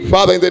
Father